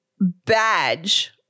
badge